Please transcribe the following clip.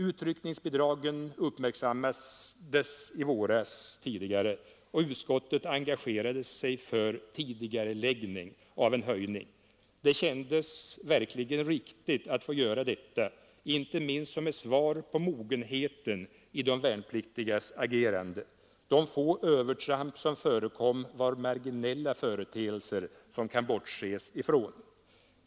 Utryckningsbidragen uppmärksammades tidigare i våras, och utskottet engagerade sig för tidigareläggning av en höjning. Det kändes verkligen riktigt att få göra detta inte minst som ett svar på mogenheten i de värnpliktigas agerande. De få övertramp som förekom var marginella företeelser som det kan bortses från.